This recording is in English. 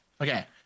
okay